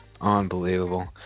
Unbelievable